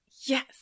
Yes